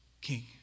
king